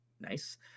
Nice